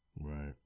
Right